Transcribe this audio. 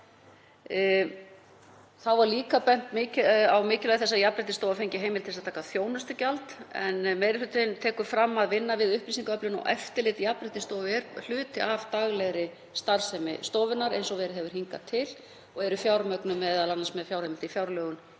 Þá var bent á mikilvægi þess að Jafnréttisstofa fengi heimild til að taka þjónustugjald. Meiri hlutinn tekur fram að vinna við upplýsingaöflun og eftirlit Jafnréttisstofu er hluti af daglegri starfsemi stofunnar eins og verið hefur hingað til og verkefnin eru fjármögnuð m.a. með fjárheimild í fjárlögum